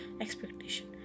expectation